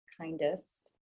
kindest